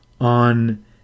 on